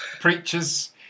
Preachers